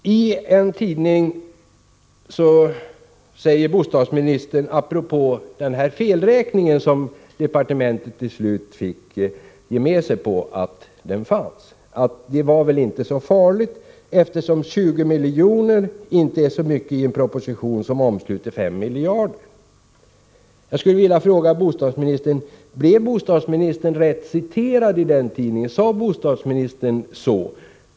I en tidning fanns ett uttalande av bostadsministern apropå den felräkning som departementet till slut fick lov att medge. Enligt tidningen skulle bostadsministern ha sagt att detta väl inte är så farligt, eftersom 20 miljoner inte är så mycket i en proposition som omsluter 5 miljarder. Jag skulle vilja fråga bostadsministern om han blev rätt citerad i denna tidning. Sade bostadsministern så?